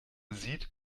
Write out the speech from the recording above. sieht